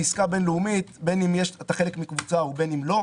גם איתך וגם עם עודד פורר.